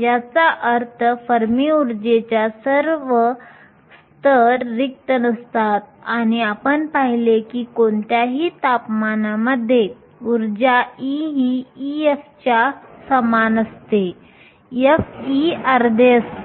याचा अर्थ फर्मी ऊर्जेच्या वर सर्व स्तर रिक्त नसतात आणि आपण पाहिले की कोणत्याही तापमानामध्ये ऊर्जा E ही Ef च्या सामान असते f अर्धे असते